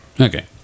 Okay